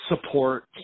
support